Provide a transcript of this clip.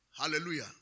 Hallelujah